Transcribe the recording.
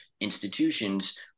institutions